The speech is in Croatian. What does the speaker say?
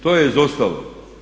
To je izostalo.